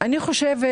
אני חושבת